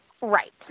Right